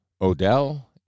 Odell